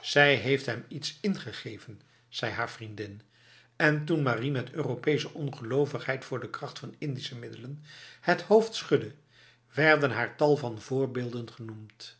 zij heeft hem iets ingegeven zei haar vriendin en toen marie met europese ongelovigheid voor de kracht van indische middelen het hoofd schudde werden haar tal van voorbeelden genoemd